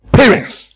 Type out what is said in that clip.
parents